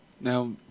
Now